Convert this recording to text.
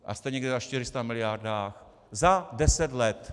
A jste někde na 400 mld. za deset let.